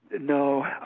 No